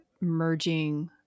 merging